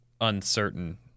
uncertain